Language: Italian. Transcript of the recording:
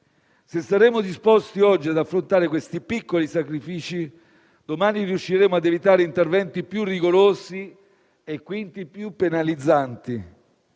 saremo disposti ad affrontare questi piccoli sacrifici, domani riusciremo a evitare interventi più rigorosi e quindi più penalizzanti.